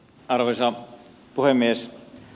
arvoisa puhemies